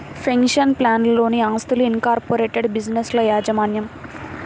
pension ప్లాన్లలోని ఆస్తులు, incorporated బిజినెస్ల యాజమాన్యం